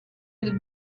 will